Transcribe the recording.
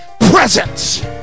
presence